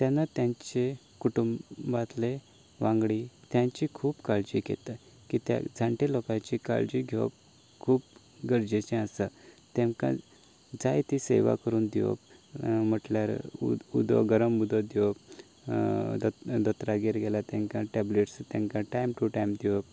तेन्ना तांच्या कुटुंबांतले वांगडी तांची खूब काळजी घेतात कित्याक जाणटे लोकांची काळजी घेवप खूब गरजेचें आसा तांकां जायती सेवा करून दिवप म्हणल्यार उदक गरम उदक दिवप दोतरागेर गेल्यार तांकां टेबलेट्स तांकां टायम टु टायम दिवप